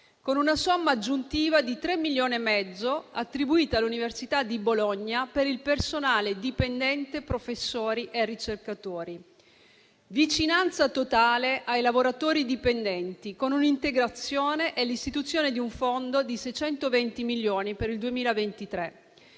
con una somma aggiuntiva di 3,5 milioni attribuita all'Università di Bologna per personale dipendente, professori e ricercatori; vicinanza totale ai lavoratori dipendenti, con un'integrazione e l'istituzione di un fondo di 620 milioni per il 2023;